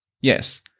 Yes